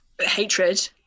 hatred